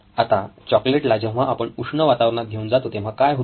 आता चॉकलेट ला जेव्हा आपण उष्ण वातावरणात घेऊन जातो तेव्हा काय होते